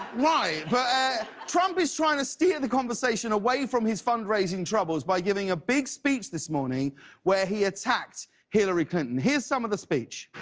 trump is trying to steer the conversation away from his fundraising troubles by giving a big speech this morning where he attacked hillary clinton. here's some of the speech.